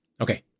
Okay